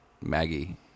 Maggie